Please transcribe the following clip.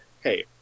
hey